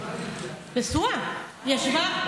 הם התחתנו בלאס וגאס, אולי בגלל זה.